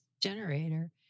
generator